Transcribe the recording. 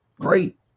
Great